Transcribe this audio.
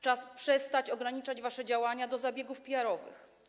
Czas przestać ograniczać wasze działania do zabiegów PR-owych.